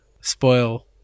spoil